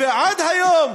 ועד היום,